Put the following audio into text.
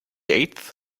eighth